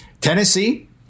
Tennessee